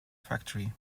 factory